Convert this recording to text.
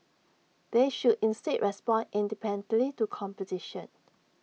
they should instead respond independently to competition